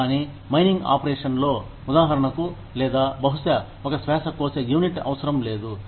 కానీ మైనింగ్ ఆపరేషన్లో ఉదాహరణకు లేదా బహుశా ఒక శ్వాసకోశ యూనిట్ అవసరం లేదు